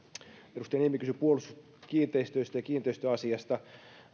edustaja niemi kysyi puolustuskiinteistöistä ja kiinteistöasiasta